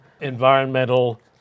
environmental